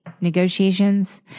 negotiations